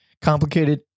complicated